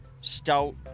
stout